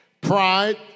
Pride